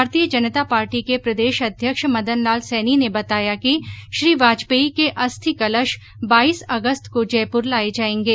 भारतीय जनता पार्टी के प्रदेश अध्यक्ष मदनलाल सैनी ने बताया कि श्री वाजपेयी के अस्थि कलश बाईस अगस्त को जयपुर लाये जायें गे